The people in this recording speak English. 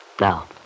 Now